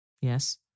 Yes